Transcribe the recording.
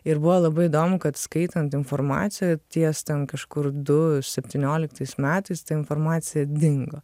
ir buvo labai įdomu kad skaitant informaciją ties ten kažkur du septynioliktais metais ta informacija dingo